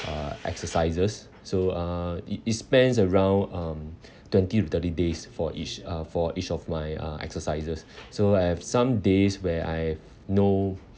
uh exercises so uh it it spends around um twenty to thirty days for each for uh each of my uh exercises so I have some days where I've no